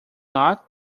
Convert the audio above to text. not